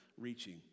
reaching